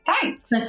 thanks